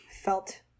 felt